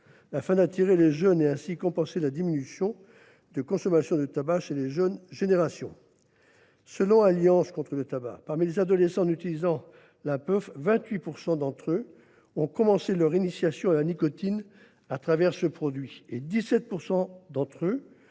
afin d’attirer les jeunes et, ainsi, de compenser la diminution de la consommation de tabac chez les jeunes générations. Selon Alliance contre le tabac, 28 % des adolescents utilisant la puff ont commencé leur initiation à la nicotine à travers ce produit, et 17 % d’entre eux